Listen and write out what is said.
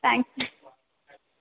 thank you